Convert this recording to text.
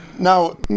Now